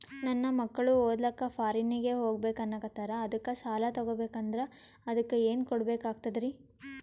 ನನ್ನ ಮಕ್ಕಳು ಓದ್ಲಕ್ಕ ಫಾರಿನ್ನಿಗೆ ಹೋಗ್ಬಕ ಅನ್ನಕತ್ತರ, ಅದಕ್ಕ ಸಾಲ ತೊಗೊಬಕಂದ್ರ ಅದಕ್ಕ ಏನ್ ಕೊಡಬೇಕಾಗ್ತದ್ರಿ?